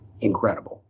incredible